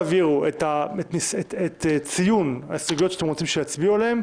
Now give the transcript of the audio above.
אם לא תעבירו את ציון ההסתייגויות שאתם רוצים שיצביעו עליהן,